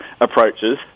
approaches